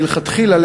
מלכתחילה,